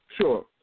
Sure